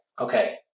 okay